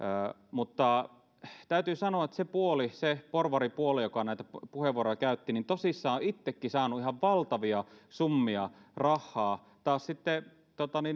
mutta täytyy sanoa että se puoli se porvaripuolue joka näitä puheenvuoroja käytti on tosissaan itsekin saanut ihan valtavia summia rahaa taas sitten